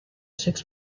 six